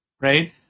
right